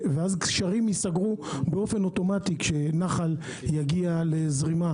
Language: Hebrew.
גשרים ייסגרו באופן אוטומטי כשנחל יגיע לזרימה